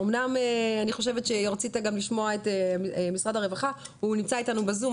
אמנם אני חושבת שרצית גם לשמוע את משרד הרווחה והוא נמצא איתנו בזום,